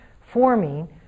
forming